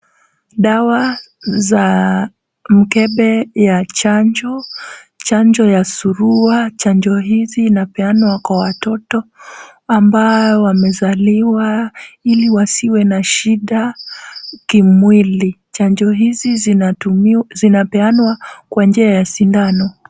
Dawa za mkebe ya chanjo. Chanjo ya surua, chanjo hizi hupeanwa kwa watoto ambao wamezaliwa ili wasiwe na shida kimwili. Chanjo hizi zinapeanwa kwa njia ya sindano.